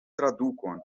tradukon